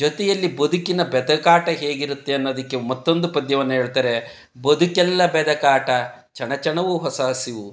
ಜೊತೆಯಲ್ಲಿ ಬದುಕಿನ ಬೆದೆಕಾಟ ಹೇಗಿರುತ್ತೆ ಅನ್ನೋದಕ್ಕೆ ಮತ್ತೊಂದು ಪದ್ಯವನ್ನು ಹೇಳ್ತಾರೆ ಬದುಕೆಲ್ಲ ಬೆದಕಾಟ ಚಣಚಣವು ಹೊಸಹಸಿವು